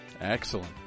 Excellent